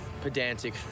pedantic